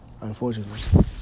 unfortunately